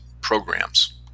programs